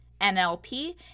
NLP